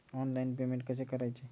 Online payment कसे करायचे?